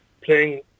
playing